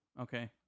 Okay